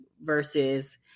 versus